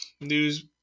news